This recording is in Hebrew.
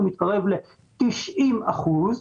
הוא מתקרב ל-90 אחוזים,